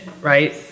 right